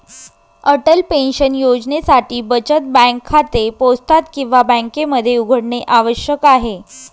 Atal pension योजनेसाठी बचत bank खाते पोस्टात किंवा बँकेमध्ये उघडणे आवश्यक आहे